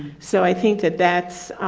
so i think that that's,